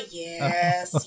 yes